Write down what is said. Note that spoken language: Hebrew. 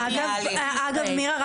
אגב מירה,